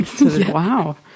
Wow